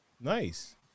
nice